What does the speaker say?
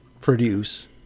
produce